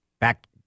back